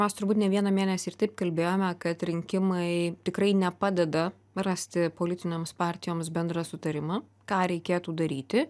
mes turbūt ne vieną mėnesį ir taip kalbėjome kad rinkimai tikrai nepadeda rasti politinėms partijoms bendrą sutarimą ką reikėtų daryti